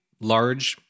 large